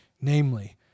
namely